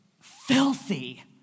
filthy